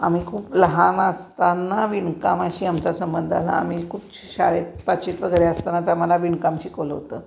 आम्ही खूप लहान असताना विणकामाशी आमच्या संबंध आला आम्ही खूप शाळेत पाचवीत वगैरे असतानाच आम्हाला विणकाम शिकवलं होतं